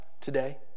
today